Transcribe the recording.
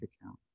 account